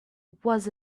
was